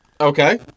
Okay